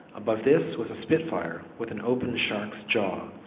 above this was a spitfire with an open shark's jaw.